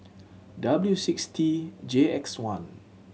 W six T J X one